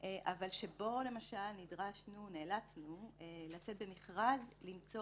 ובו נאלצנו לצאת במכרז למצוא